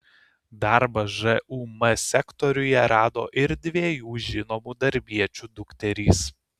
darbą žūm sektoriuje rado ir dviejų žinomų darbiečių dukterys